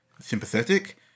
sympathetic